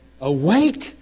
awake